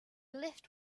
lift